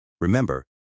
Remember